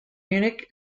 munich